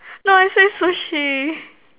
life says Sushi